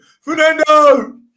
Fernando